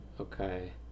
Okay